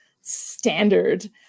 standard